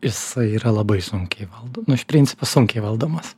jis yra labai sunkiai valdom nu iš principo sunkiai valdomas